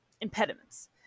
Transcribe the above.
impediments